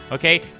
Okay